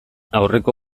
aurreko